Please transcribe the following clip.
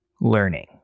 learning